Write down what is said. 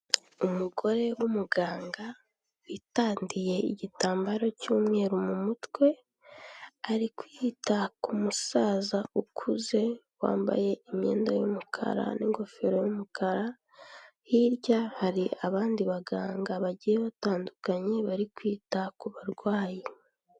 Umugore w'umuganga witandiye igitambaro cy'umweru mu mutwe, ari kwita ku musaza ukuze wambaye imyenda y'umukara n'ingofero y'umukara, hirya hari abandi baganga bagiye batandukanye bari kwita ku barwayi.